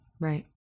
Right